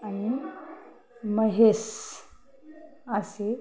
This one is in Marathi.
आणि म्हैस असे